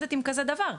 מתמודדת עם כזה דבר?